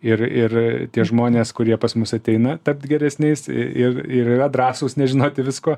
ir ir tie žmonės kurie pas mus ateina tapt geresniais ir ir yra drąsūs nežinoti visko